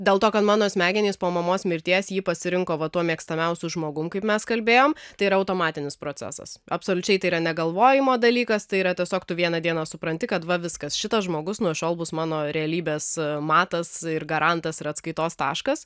dėl to kad mano smegenys po mamos mirties jį pasirinko va tuo mėgstamiausiu žmogum kaip mes kalbėjom tai yra automatinis procesas absoliučiai tai yra negalvojimo dalykas tai yra tiesiog tu vieną dieną supranti kad va viskas šitas žmogus nuo šiol bus mano realybės matas ir garantas ir atskaitos taškas